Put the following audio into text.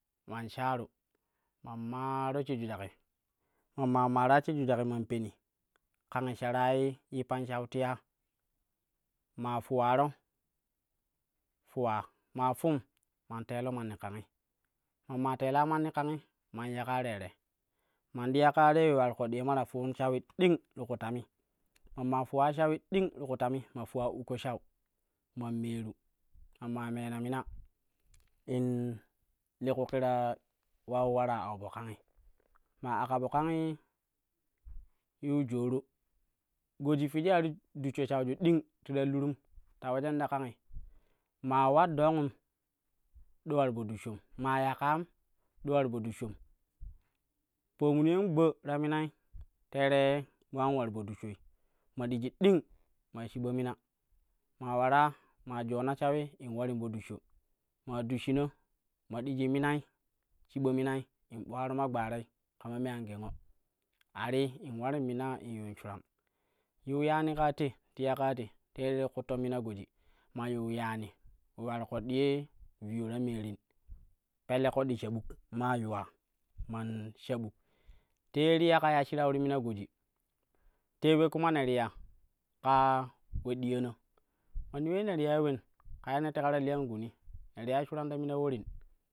Man shaaru man maro shik jujakki ma maa mara shik jujakki man peri kangi sharai yippan shau tiyaa, maa fuwaro, fuwa maa fum man telo manni kangi, man maa teela manni kangi man ya kaa tere man ti ya kaa te ule ular ƙoɗɗi ye ma ta fun shawi ding ti ku tami ma maa fuwa shawi ding ti ku tami ma fuwe ukko shau man meeru, ma maa mena mina in li ku kira ule ulara au fo kangi maa aka fo kangi yiu jooru. Goji figi a ti dushsho shauju ding ti ta lurum ta ulejen ta kangi maa ular dongum, do ular fo dushshan maa ya kaam, do ular fo dushshoru. Paamu yen gba ta mimai terei mo an ular for dushshai ma digi ding mai shiba mina maa ulara maa joona shawi in ularim po dushsho, maa dushshina na ma digi minai shiba minai in ɓuaroma gbarei kama me an gengo are in ularim mina in yuun shuran yiu yana kaa te, ti ya kaa te tenei kutto mina goji man yiu yani we ular ƙoɗɗi ye viyo ta meerim pelle ƙoɗɗi sha buk maa yuwa, man sha buk te ye ti ya ka ya shirau ti mina goji te ule kuma ne ti ya ka we diyana manni ule ye ne ti yai ulen ne ti yai shuran ta mima ulorim.